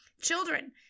Children